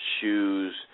shoes